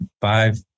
five